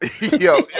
Yo